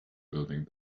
building